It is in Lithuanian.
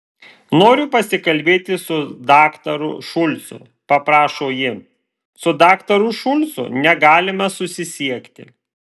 noriu pasikalbėti su daktaru šulcu paprašo ji su daktaru šulcu negalima susisiekti